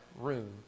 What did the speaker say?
room